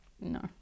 No